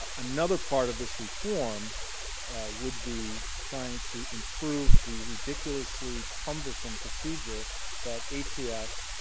ah another part of this reform would be trying to improve the ridiculously cumbersome procedure that atf